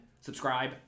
subscribe